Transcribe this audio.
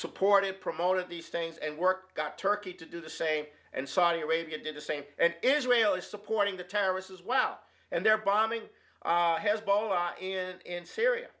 supported promoted these things and work got turkey to do the same and saudi arabia did the same and israel is supporting the terrorists as well and they're bombing hezbollah are in syria